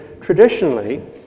Traditionally